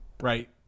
right